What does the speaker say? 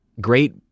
great